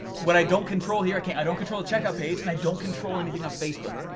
what i don't control here, okay i don't control the checkout page and i don't control anything on facebook.